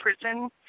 prison